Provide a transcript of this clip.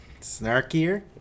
snarkier